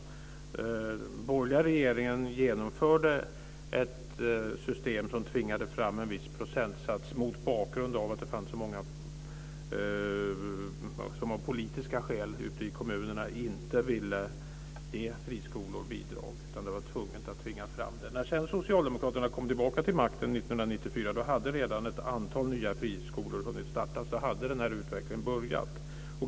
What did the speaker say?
Den borgerliga regeringen genomförde ett system som tvingade fram en viss procentsats, mot bakgrund av att det fanns så många ute i kommunerna som av politiska skäl inte ville ge friskolor bidrag. Det blev tvunget att tvinga fram det. När sedan socialdemokraterna kom tillbaka till makten 1994 hade redan ett antal nya friskolor hunnit startas. Då hade den här utvecklingen börjat.